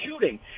shooting